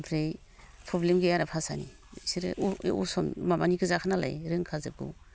ओमफ्राय प्रब्लेम गैया आरो भासानि बिसोरो माबानि गोजाखानालाय रोंखाजोबगौ